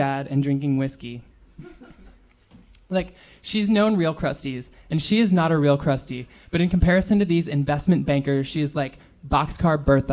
bad and drinking whiskey like she's known real crusties and she is not a real crusty but in comparison to these investment bankers she is like boxcar berth